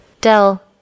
Dell